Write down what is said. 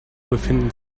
befinden